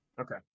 Okay